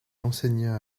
enseigna